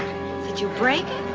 did you break